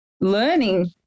learning